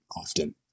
often